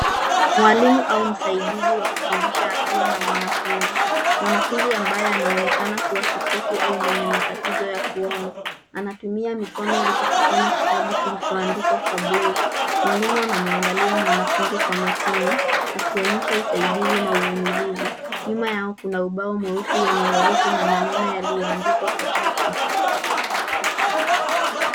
Mwalimu au msaidizi wa kufundisha akiwa na mwanafunzi. Mwanafunzi ambaye anaonekana kuwa kipofu au mwenye matitizo ya kuona, anatumia mikono yake kusoma kitabu kilichoandikwa kwa braille . Mwalimu anamwangalia mwanafunzi kwa makini akionyesha usaidizi na uvumilivu. Nyuma yao kuna ubao mweusi wenye herufi na maneno yaliandikwa kwa chaki.